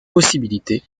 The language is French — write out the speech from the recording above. possibilité